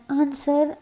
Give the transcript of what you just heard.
answer